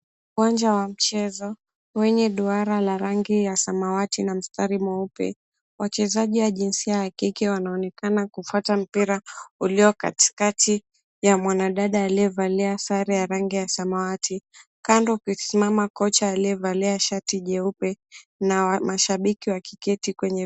Uwanja wa mchezo wenye duara la rangi ya samawati na mstari mweupe, wachezaji ya jinsia ya kike wanaonekana kufuata mpira ulio katikati ya mwanadada aliyevalia sare ya rangi ya samawati. Kando kukisimama kocha aliyevalia shati jeupe na mashabiki wakiketi kwenye..